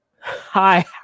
Hi